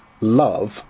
love